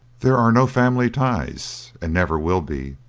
there are no family ties, and never will be,